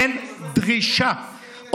אין דרישה.